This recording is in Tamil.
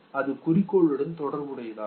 அது குறிக்கோளுடன் தொடர்புடையதாகும்